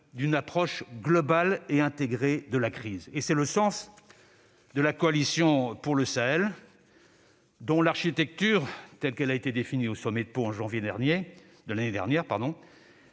d'une approche globale et intégrée de la crise. Tel est le sens de la Coalition pour le Sahel, dont l'architecture, telle qu'elle a été définie au sommet de Pau du mois de janvier de l'année dernière avec